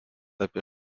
apie